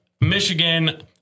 Michigan